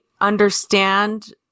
understand